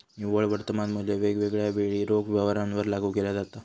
निव्वळ वर्तमान मुल्य वेगवेगळ्या वेळी रोख व्यवहारांवर लागू केला जाता